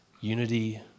unity